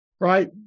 right